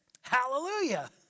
hallelujah